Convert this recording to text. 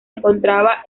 encontraba